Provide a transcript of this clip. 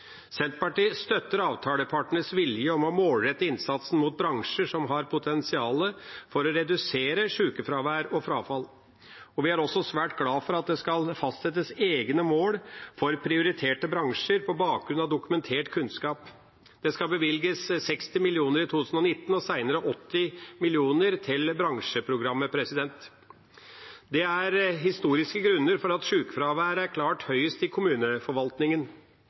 Senterpartiet støtter avtalepartenes vilje til å målrette innsatsen mot bransjer som har potensial for å redusere sjukefravær og frafall, og vi er også svært glad for at det skal fastsettes egne mål for prioriterte bransjer på bakgrunn av dokumentert kunnskap. Det skal bevilges 60 mill. kr i 2019 og seinere 80 mill. kr til bransjeprogrammet. Det er historiske grunner til at sjukefraværet er klart høyest i kommuneforvaltningen,